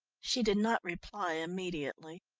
she did not reply immediately.